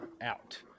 out